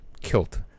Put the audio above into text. kilt